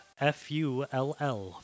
F-U-L-L